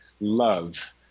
love